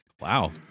Wow